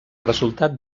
resultat